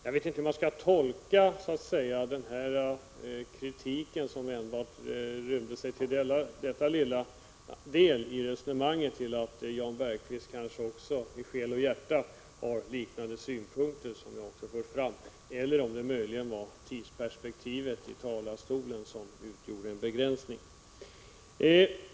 Jag vet inte om man skall tolka det förhållandet att Jan Bergqvist inskränkte sin kritik till denna lilla del av mitt resonemang så att han i själ och hjärta delar de synpunkter jag framförde eller om begränsningen av hans kritik föranleddes av den tid han hade till sitt förfogande i talarstolen.